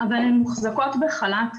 צריך לא רק לתת כסף להכין את החנות המקוונת,